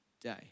day